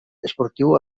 esportiu